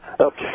Okay